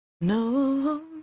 No